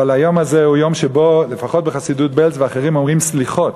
אבל היום הזה הוא יום שבו לפחות בחסידות בעלז ואחרים אומרים סליחות